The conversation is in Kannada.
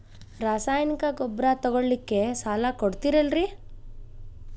ರಾಸಾಯನಿಕ ಗೊಬ್ಬರ ತಗೊಳ್ಳಿಕ್ಕೆ ಸಾಲ ಕೊಡ್ತೇರಲ್ರೇ?